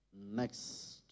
next